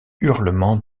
hurlements